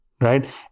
right